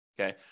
Okay